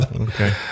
Okay